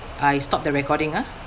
I stop the recording ah